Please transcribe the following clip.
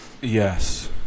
Yes